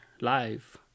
live